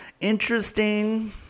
interesting